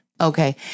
okay